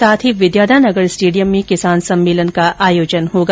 साथ ही विद्याधर नगर स्टेडियम में किसान सम्मेलन का आयोजन होगा